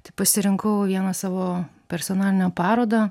tai pasirinkau vieną savo personalinę parodą